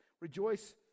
Rejoice